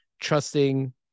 trusting